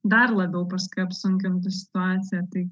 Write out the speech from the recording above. dar labiau paskui apsunkintų situaciją tai